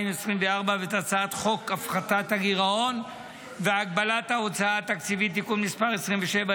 -- והצעת חוק הפחתת הגירעון והגבלת ההוצאה התקציבית (תיקון מס' 27),